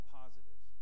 positive